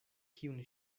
kiun